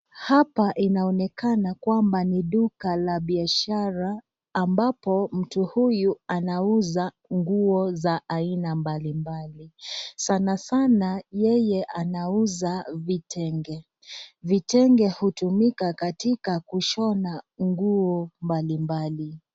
Hapa inaonekana kwamba ni duka la baishara ambapo, mtu huyu anauza nguo za aina mbalimbali . Sanasana yeye anauza vitenge. Vitenge, hutumika katika kushona nguo mbalimbali.